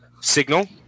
signal